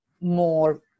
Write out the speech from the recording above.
more